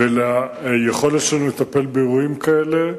והיכולת שלנו לטפל באירועים כאלה.